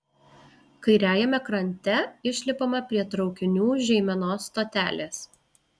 kairiajame krante išlipama prie traukinių žeimenos stotelės